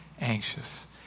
anxious